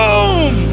Boom